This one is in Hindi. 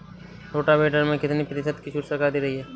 रोटावेटर में कितनी प्रतिशत का छूट सरकार दे रही है?